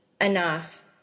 enough